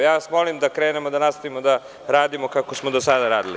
Ja vas molim da krenemo da nastavimo da radimo kako smo do sada radili.